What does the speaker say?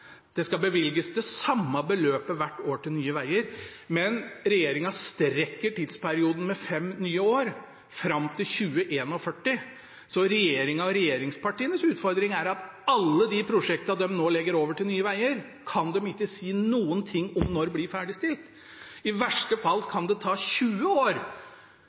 Det skal bevilges det samme beløpet hvert år til Nye Veier, men regjeringen strekker tidsperioden med fem nye år fram til 2041. Så regjeringen og regjeringspartienes utfordring er at alle de prosjektene de nå legger over til Nye Veier, kan de ikke si noe om når blir ferdigstilt. I verste fall kan det ta 20 år